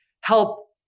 help